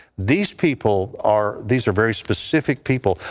these people are, these are very specific people.